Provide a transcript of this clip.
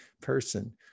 person